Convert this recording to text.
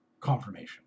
confirmation